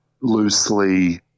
loosely